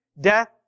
death